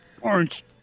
orange